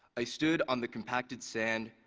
i stood on the compacted sand,